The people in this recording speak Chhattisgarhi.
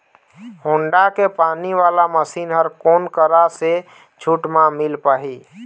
होण्डा के पानी वाला मशीन हर कोन करा से छूट म मिल पाही?